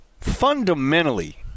fundamentally